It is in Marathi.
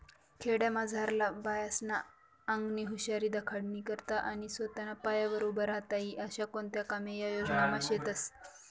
खेडामझारल्या बायास्ना आंगनी हुशारी दखाडानी करता आणि सोताना पायावर उभं राहता ई आशा कोणता कामे या योजनामा शेतस